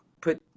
put